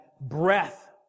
breath